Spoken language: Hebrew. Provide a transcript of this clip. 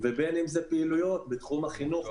ובין אם אלה פעילויות בתחום החינוך,